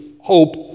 hope